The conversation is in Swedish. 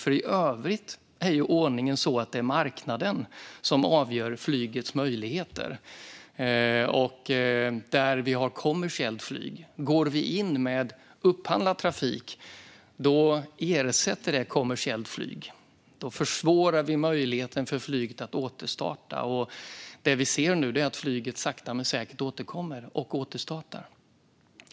I övrigt är ju ordningen så att det är marknaden som avgör flygets möjligheter där vi har kommersiellt flyg. Går vi in med upphandlad trafik ersätter det kommersiellt flyg, och då försvårar vi möjligheten för flyget att återstarta. Och det vi ser nu är att flyget sakta men säkert återkommer och återstartar.